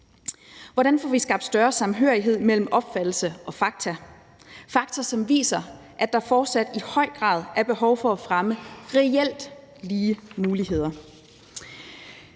Hvordan får vi skabt større samhørighed mellem opfattelse og fakta? Det er altså fakta, som viser, at der fortsat i høj grad er behov for at fremme reelt lige muligheder.